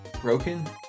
broken